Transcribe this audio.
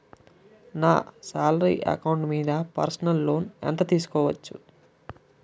నా salary account మీద personal loan ఎంత తీసుకోవచ్చు?